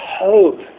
hope